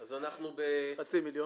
אז אנחנו בחצי מיליון.